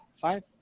five